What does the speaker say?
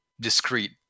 discrete